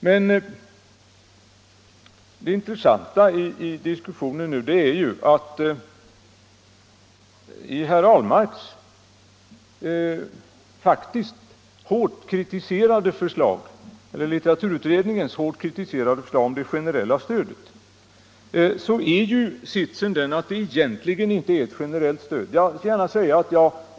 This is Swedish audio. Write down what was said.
Men det intressanta i diskussionen nu är att i litteraturutredningens hårt kritiserade förslag om det generella stödet är ju sitsen den att det egentligen inte är ett generellt stöd.